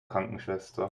krankenschwester